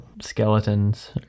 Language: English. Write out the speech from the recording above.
skeletons